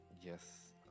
Yes